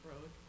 road